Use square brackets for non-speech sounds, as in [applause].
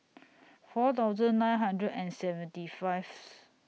four thousand nine hundred and seventy five [unintelligible]